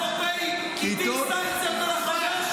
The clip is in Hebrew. --- הטיל סנקציות על החבר שלך בנצי גופשטיין.